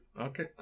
Okay